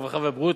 הרווחה והבריאות,